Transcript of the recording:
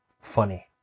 funny